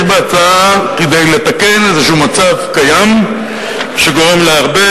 יש בהצעה כדי לתקן איזשהו מצב קיים שגורם להרבה